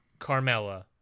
carmella